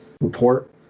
report